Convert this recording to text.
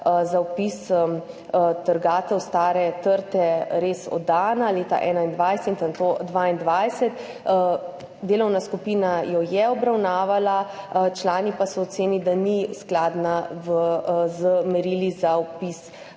za vpis trgatve stare trte res oddana leta 2021 in nato 2022. Delovna skupina jo je obravnavala, člani pa so ocenili, da ni skladna z merili za vpis v register.